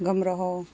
گھمرہو